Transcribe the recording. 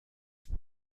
zur